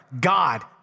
God